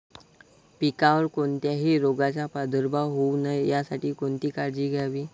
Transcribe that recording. पिकावर कोणत्याही रोगाचा प्रादुर्भाव होऊ नये यासाठी कोणती काळजी घ्यावी?